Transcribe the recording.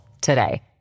today